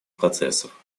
процессов